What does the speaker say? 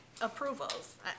approvals